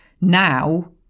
now